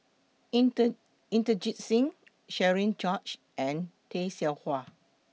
intern Inderjit Singh Cherian George and Tay Seow Huah